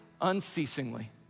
unceasingly